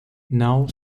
não